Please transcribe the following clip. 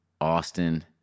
Austin